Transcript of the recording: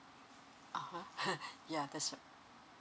(uh huh) ya that's what